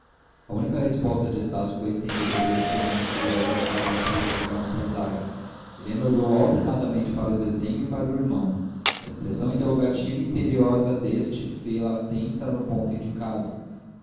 a única resposta de estácio foi estender o dedo sobre a misteriosa casa reproduzida na paisagem helena olhou alternadamente para o desenho e para o irmão a expressão interrogativa e imperiosa deste fê-la atenta no ponto indicado